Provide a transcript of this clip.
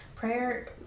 prayer